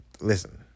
listen